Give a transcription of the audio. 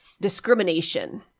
discrimination